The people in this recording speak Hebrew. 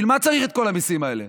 בשביל מה צריך את כל המיסים האלה?